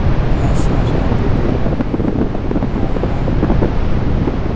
ᱚᱱᱟ ᱥᱟᱶ ᱥᱟᱶᱛᱮ ᱵᱮᱵᱚᱦᱟᱨ ᱦᱩᱭᱩᱜᱼᱟ ᱟᱨ ᱚᱱᱟ